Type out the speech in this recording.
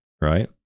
right